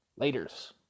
laters